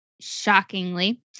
shockingly